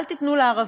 אל תיתנו לערבים.